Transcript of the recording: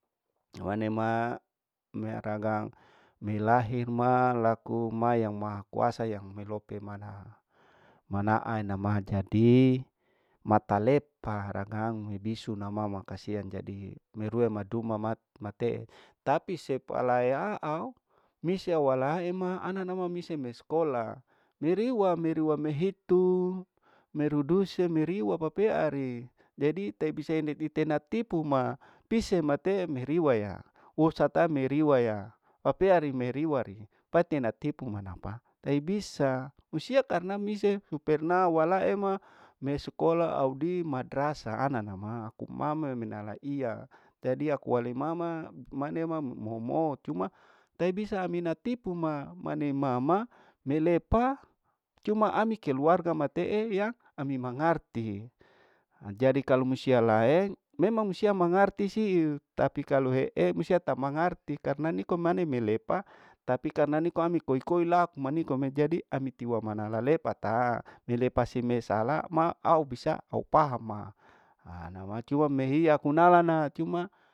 Awane ma mei raga milahi ma laku mai yang maha kuasa me lope manaa henama jadi matalepa ragang nibisu naumama kasiang jadi mirue mama mat matee tapi sepalaya au misie wala ema ana nama misie me skola miriwa, miriwa mehitu meruduse meri wapapeari, jadi tei bisa itena tipu ma, pise matee meriwaya usata meriwaya papeari meriwari pati natipu manapa tei bisa usia tarnamise su perna wala ema me sekolah audi madrasa ananama kuma mengenala iya, jadi akuwale mama manema moho moho cuma teibisa mina tipu ma, mane mama melepa cuman ami keluarga matee yang ami mangarti, jadi kalau musia laeng memang sia mangarti siu tapi kalau hee misia ta mangarti karna niko mane milepa tapi karna niko ami koi koi lak manikome jadi ami tiwamana walepa taa ilepa seme sala ma au bisa au paham ma haa macua mehia kunalana cuma.